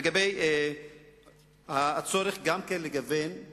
לגבי הצורך גם לגוון את